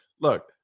look